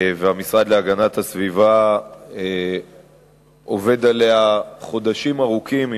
והמשרד להגנת הסביבה עובד עליה חודשים ארוכים,